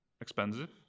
expensive